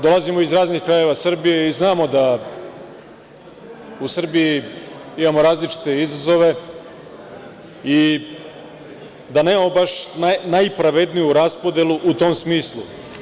Dolazimo iz raznih krajeva Srbije i znamo da u Srbiji imamo različite izazove i da nemamo baš najpravedniju raspodelu u tom smislu.